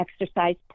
exercise